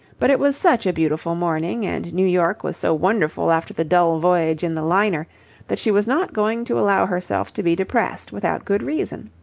but it was such a beautiful morning, and new york was so wonderful after the dull voyage in the liner that she was not going to allow herself to be depressed without good reason.